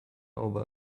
over